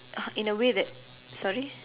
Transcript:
uh in a way that sorry